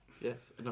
Yes